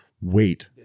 Wait